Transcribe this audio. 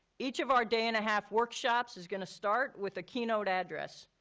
each of our day and half workshops is gonna start with a keynote address.